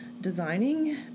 designing